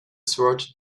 sword